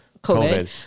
COVID